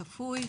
צפוי.